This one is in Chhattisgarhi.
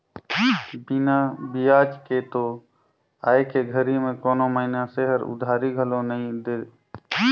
बिना बियाज के तो आयके घरी में कोनो मइनसे हर उधारी घलो नइ दे